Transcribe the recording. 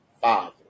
father